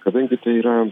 kadangi tai yra